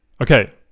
Okay